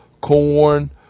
corn